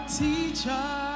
teacher